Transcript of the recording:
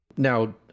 Now